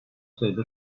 sayıda